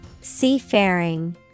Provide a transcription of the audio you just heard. Seafaring